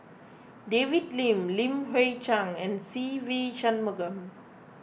David Lim Li Hui Cheng and Se Ve Shanmugam